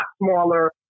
smaller